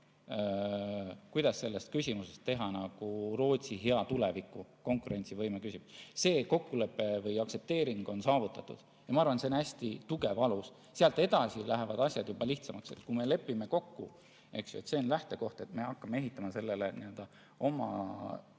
kuidas sellest küsimusest teha Rootsi hea tuleviku, konkurentsivõime küsimus. See kokkulepe või aktsepteering on saavutatud. Ma arvan, et see on hästi tugev alus, sealt edasi lähevad asjad juba lihtsamaks. Kui me lepime kokku, et see on lähtekoht ja sellele me hakkame ehitama tulevikuks